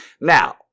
Now